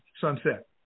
sunset